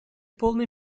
полной